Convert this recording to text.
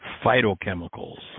phytochemicals